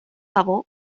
level